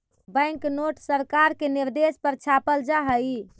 bank note सरकार के निर्देश पर छापल जा हई